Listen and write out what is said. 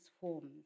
forms